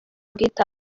ubwitange